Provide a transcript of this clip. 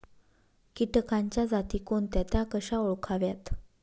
किटकांच्या जाती कोणत्या? त्या कशा ओळखाव्यात?